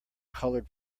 colored